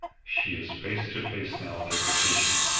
she is face to face now with a decision,